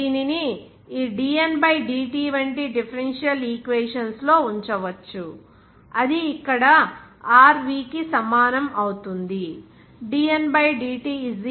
dN rVdt దీనిని ఈ dN dt వంటి డిఫరెన్షియల్ ఈక్వేషన్స్ లో ఉంచవచ్చు అది ఇక్కడ rV కి సమానం అవుతుంది